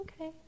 Okay